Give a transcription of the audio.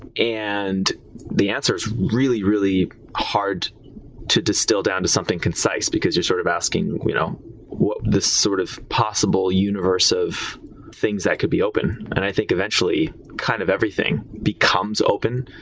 and the answer is really, really hard to distill down to something concise because you're sort of asking you know what this sort of possible universe of things that could be open. i think, eventually, kind of everything becomes open,